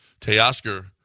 Teoscar